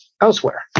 elsewhere